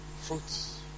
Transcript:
Fruits